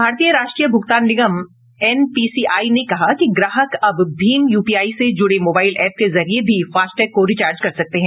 भारतीय राष्ट्रीय भूगतान निगम एनपीसीआई ने कहा कि ग्राहक अब भीम यूपीआई से जूड़े मोबाइल एप के जरिये भी फास्टैग को रिचार्ज कर सकते हैं